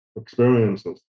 experiences